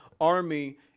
army